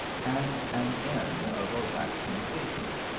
and an end of a waxen taper!